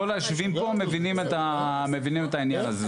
כל היושבים פה מבינים את, מבינים את העניין הזה.